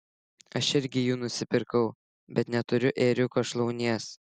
aš irgi jų nusipirkau bet neturiu ėriuko šlaunies